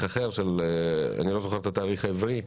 אחר של אני לא זוכר את התאריך העברי,